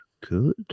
good